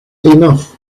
enough